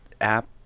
app